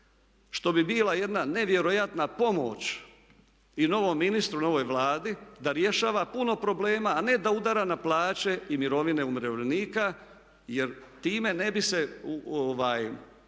što bi bila jedna nevjerojatna pomoć i novom ministru, novoj Vladi da rješava puno problema a ne da udara na plaće i mirovine umirovljenika jer time ne bi se dovela